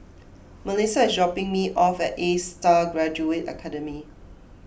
Mellisa is dropping me off at A Star Graduate Academy